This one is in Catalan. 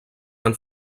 han